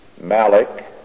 Malik